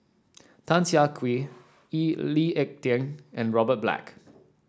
Tan Siah Kwee E Lee Ek Tieng and Robert Black